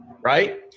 right